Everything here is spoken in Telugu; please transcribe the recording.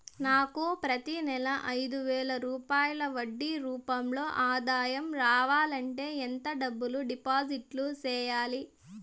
నాకు ప్రతి నెల ఐదు వేల రూపాయలు వడ్డీ రూపం లో ఆదాయం రావాలంటే ఎంత డబ్బులు డిపాజిట్లు సెయ్యాలి?